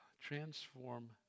Transform